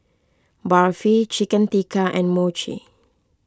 Barfi Chicken Tikka and Mochi